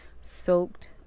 Soaked